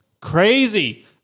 Crazy